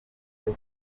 mute